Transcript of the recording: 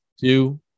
two